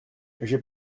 j’ai